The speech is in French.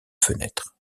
fenêtre